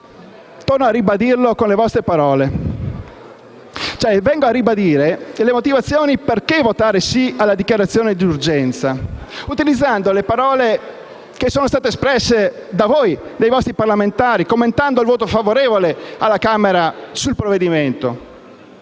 torno a ribadirlo con le vostre parole. Vengo a ribadire le motivazioni a favore della dichiarazione di urgenza, citando le parole usate da voi, dai vostri parlamentari, commentando il voto favorevole alla Camera sul provvedimento.